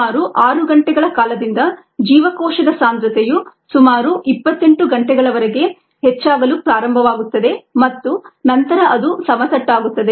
ಸುಮಾರು 6 ಗಂಟೆಗಳ ಕಾಲದಿಂದ ಜೀವಕೋಶದ ಸಾಂದ್ರತೆಯು ಸುಮಾರು 28 ಗಂಟೆಗಳವರೆಗೆ ಹೆಚ್ಚಾಗಲು ಪ್ರಾರಂಭವಾಗುತ್ತದೆ ಮತ್ತು ನಂತರ ಅದು ಸಮತಟ್ಟಾಗುತ್ತದೆ